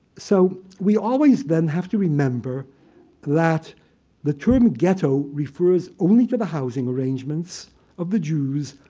so we always then have to remember that the term ghetto refers only to the housing arrangements of the jews.